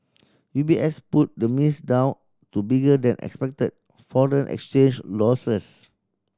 U B S put the miss down to bigger than expected foreign exchange losses